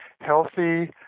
healthy